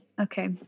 okay